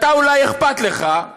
אתה, אולי אכפת לך,